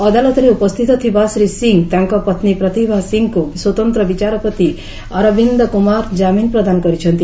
ଅଦାଲତରେ ଉପସ୍ଥିତ ଥିବା ଶ୍ରୀ ସିଂ ତାଙ୍କ ପତ୍ନୀ ପ୍ରତିଭା ସିଂଙ୍କୁ ସ୍ୱତନ୍ତ୍ର ବିଚାରପତି ଅରବିନ୍ଦ୍ କୁମାର କାମିନ ପ୍ରଦାନ କରିଛନ୍ତି